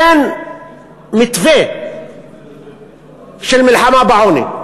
אין מתווה של מלחמה בעוני,